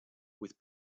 with